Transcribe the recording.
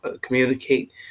communicate